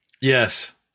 yes